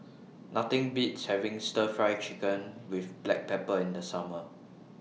Nothing Beats having Stir Fry Chicken with Black Pepper in The Summer